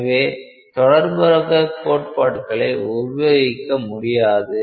எனவே தொடர்பக கோட்பாடுகளை உபயோகிக்க முடியாது